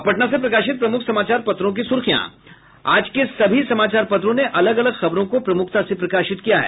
अब पटना से प्रकाशित प्रमुख समाचार पत्रों की सुर्खियां आज के सभी समाचार पत्रों ने अलग अलग खबरों को प्रमुखता से प्रकाशित किया है